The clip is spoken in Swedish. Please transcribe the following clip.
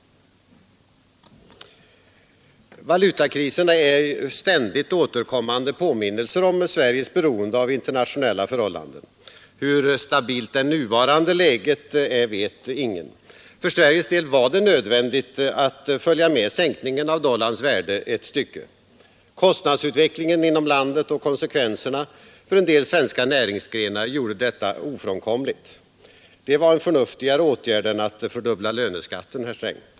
Valutakriserna är ständigt återkommande påminnelser om Sveriges beroende av internationella förhållanden. Hur stabilt det nuvarande läget är vet ingen. För Sveriges del var det nödvändigt att följa med ett stycke vid sänkningen av dollarns värde. Kostnadsutvecklingen inom landet och konsekvenserna för en del svenska näringsgrenar gjorde detta ofrånkomligt. Det var en förnuftigare åtgärd än att fördubbla löneskatten, herr Sträng.